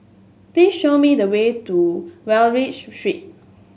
please show me the way to Wallich Street